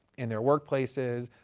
in their work places,